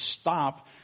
stop